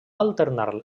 alternar